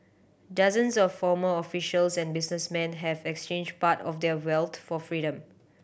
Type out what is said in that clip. dozens of former officials and businessmen have exchanged part of their wealth for freedom